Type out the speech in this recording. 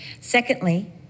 Secondly